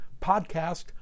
podcast